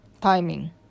Timing